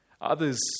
Others